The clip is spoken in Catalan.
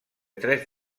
tres